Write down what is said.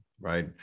right